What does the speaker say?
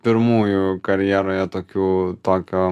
pirmųjų karjeroje tokių tokio